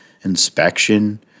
inspection